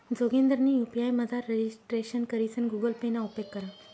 जोगिंदरनी यु.पी.आय मझार रजिस्ट्रेशन करीसन गुगल पे ना उपेग करा